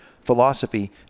philosophy